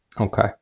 okay